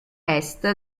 est